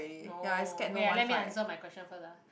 no wait ah let me answer my question first ah